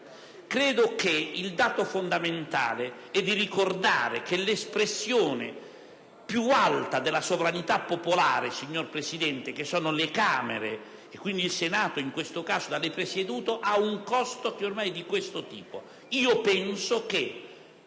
Credo che il dato fondamentale sia ricordare che l'espressione più alta della sovranità popolare, signor Presidente, cioè le Camere, e quindi in questo caso il Senato da lei presieduto, ha un costo che ormai è di questo tipo. Penso che,